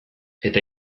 eta